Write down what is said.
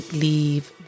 leave